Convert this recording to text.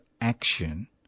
action